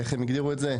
איך הם הגדירו את זה?